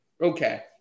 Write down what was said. Okay